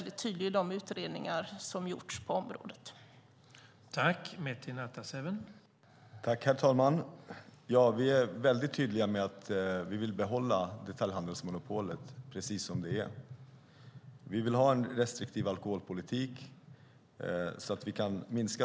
De utredningar som har gjorts på området har varit tydliga.